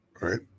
Right